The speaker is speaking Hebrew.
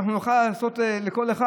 ואנחנו נוכל לעשות לכל אחד?